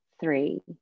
three